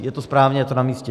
Je to správné, je to namístě.